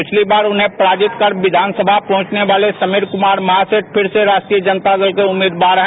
पिछली बार उन्हे पराजित कर विधानसभा पहुंचने वाले समीर कुमार महासेठ फिर से राष्ट्रीय जनता दल के उम्मीदवार है